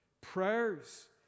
prayers